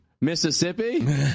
Mississippi